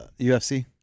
UFC